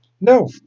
no